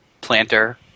planter